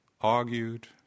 argued